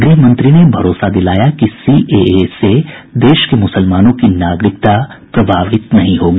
गृह मंत्री ने भरोसा दिलाया कि सीएए से देश में मुसलमानों की नागरिकता प्रभावित नहीं होगी